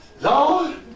Lord